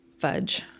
Fudge